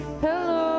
hello